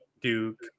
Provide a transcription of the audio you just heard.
Duke